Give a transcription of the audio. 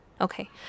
okay